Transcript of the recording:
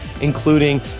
including